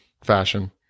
fashion